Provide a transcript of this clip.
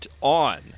on